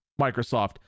Microsoft